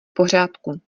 pořádku